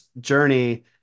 journey